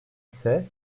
ise